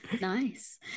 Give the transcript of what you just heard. Nice